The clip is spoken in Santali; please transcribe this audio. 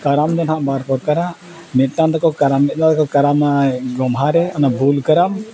ᱠᱟᱨᱟᱢ ᱫᱚ ᱱᱟᱦᱟᱜ ᱵᱟᱨ ᱯᱚᱨᱠᱟᱨᱟ ᱢᱤᱫᱴᱟᱝ ᱫᱚᱠᱚ ᱠᱟᱨᱟᱢ ᱢᱤᱫ ᱫᱷᱟᱣ ᱫᱚᱠᱚ ᱠᱟᱨᱟᱢᱟ ᱜᱚᱢᱦᱟ ᱨᱮ ᱚᱱᱟ ᱵᱷᱩᱞ ᱠᱟᱨᱟᱢ